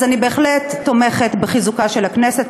אז אני בהחלט תומכת בחיזוקה של הכנסת,